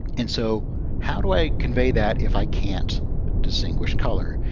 and so how do i convey that if i can't distinguish color?